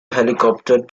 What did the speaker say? helicopter